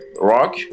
rock